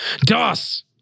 Doss